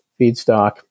feedstock